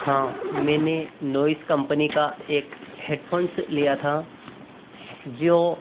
हाँ मैंने Noise company का एक हेडफोन्स लिया था जो